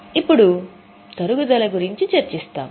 ఇప్పుడు తరుగుదల గురించి చర్చిస్తాము